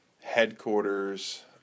headquarters